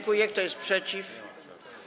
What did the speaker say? Kto jest przeciw?